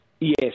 Yes